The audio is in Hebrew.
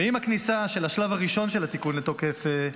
עם הכניסה של השלב הראשון של התיקון לתוקף,